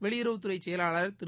வெளியுறவுத்துறை செயலாளர் திரு